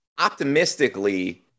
optimistically –